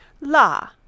La